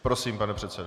Prosím, pane předsedo.